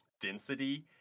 density